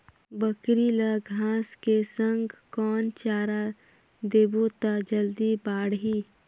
बकरी ल घांस के संग कौन चारा देबो त जल्दी बढाही?